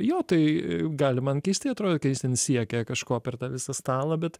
jo tai gali man keistai atrodyt kad jis ten siekia kažko per tą visą stalą bet